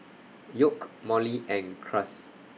York Molly and Cruz